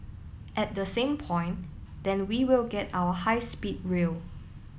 at the same point then we will get our high speed real